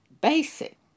BASIC